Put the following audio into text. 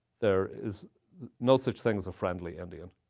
there is no such thing as a friendly indian.